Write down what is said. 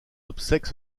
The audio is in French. obsèques